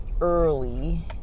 early